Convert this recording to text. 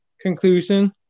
conclusion